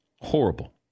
horrible